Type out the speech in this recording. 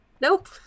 Nope